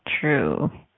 True